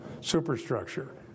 superstructure